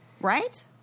right